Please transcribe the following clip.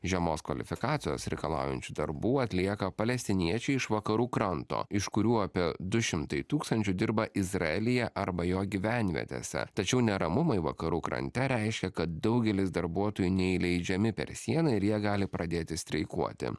žemos kvalifikacijos reikalaujančių darbų atlieka palestiniečiai iš vakarų kranto iš kurių apie du šimtai tūkstančių dirba izraelyje arba jo gyvenvietėse tačiau neramumai vakarų krante reiškia kad daugelis darbuotojų neįleidžiami per sieną ir jie gali pradėti streikuoti